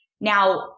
Now